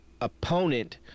opponent